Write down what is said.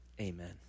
Amen